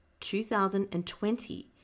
2020